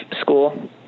school